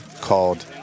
called